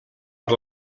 per